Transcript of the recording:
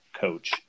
coach